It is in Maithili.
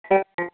फेक आओर